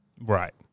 Right